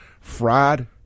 fried